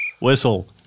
whistle